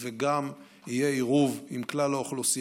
וגם יהיה עירוב עם כלל האוכלוסייה,